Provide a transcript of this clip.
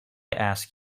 ask